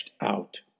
out